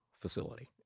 facility